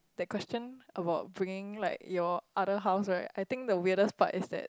that question about bringing like your other half right I think the weirdest part is that